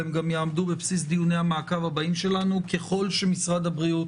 הם גם יעמדו בבסיס דיוני המעקב הבאים שלנו ככל שמשרד הבריאות,